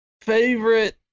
favorite